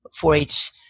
4-H